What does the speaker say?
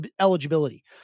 eligibility